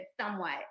somewhat